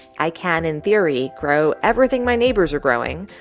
i can, in theory, grow everything my neighbors are growing,